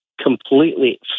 completely